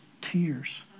tears